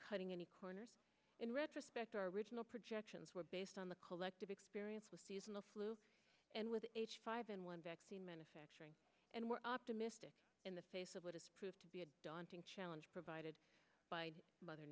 cutting any corners in retrospect our original projections were based on the collective experience with seasonal flu and with five n one vaccine manufacturing and we're optimistic in the face of what it's proved to be a daunting challenge provided by mother